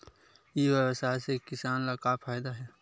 ई व्यवसाय से किसान ला का फ़ायदा हे?